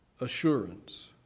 Assurance